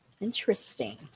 Interesting